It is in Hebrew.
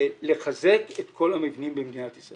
לחזק את כל המבנים במדינת ישראל.